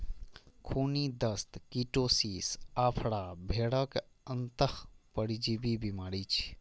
खूनी दस्त, कीटोसिस, आफरा भेड़क अंतः परजीवी बीमारी छियै